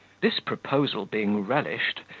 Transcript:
this proposal being relished,